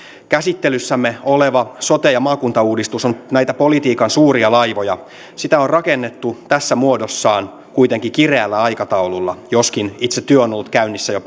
käsittelyssämme oleva sote ja maakuntauudistus on näitä politiikan suuria laivoja sitä on rakennettu tässä muodossaan kuitenkin kireällä aikataululla joskin itse työ on ollut käynnissä jo